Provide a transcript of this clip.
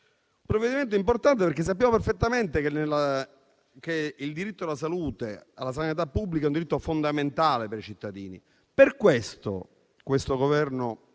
provvedimento è importante perché sappiamo perfettamente che quello alla salute e alla sanità pubblica è un diritto fondamentale per i cittadini. Per questo il Governo